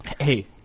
Hey